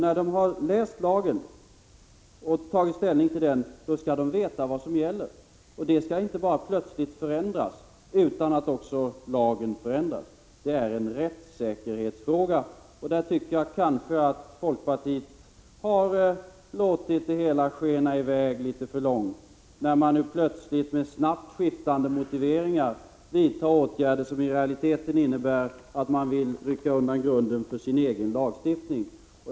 När de har läst lagen skall de också veta vad som gäller. Och vad som gäller skall inte plötsligt förändras utan att också lagen förändras. Det är, som jag sade, en rättssäkerhetsfråga. Jag tycker att folkpartiet har låtit det hela skena iväg litet för långt, när man plötsligt med snabbt skiftande motiveringar vidtar åtgärder som i realiteten innebär att man vill rycka undan grunden för sin egen lagstiftning.